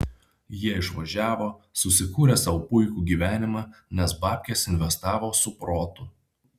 jie išvažiavo susikūrė sau puikų gyvenimą nes babkes investavo su protu